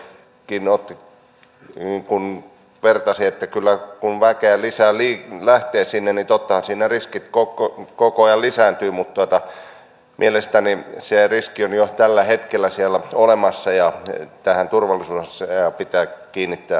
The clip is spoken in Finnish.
tässä edustaja mustajärvikin vertasi että kyllä kun väkeä lähtee sinne lisää niin tottahan siinä riskit koko ajan lisääntyvät mutta mielestäni se riski on jo tällä hetkellä siellä olemassa ja tähän turvallisuusasiaan pitää kiinnittää huomiota